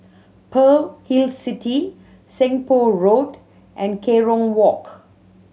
Pearl Hill City Seng Poh Road and Kerong Walk